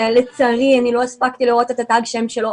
שלצערי לא הספקתי לראות את תג השם שלו,